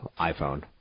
iPhone